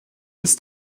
ist